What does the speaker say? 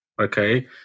okay